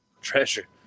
treasure